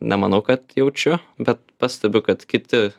nemanau kad jaučiu bet pastebiu kad kiti